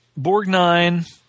Borgnine